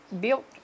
built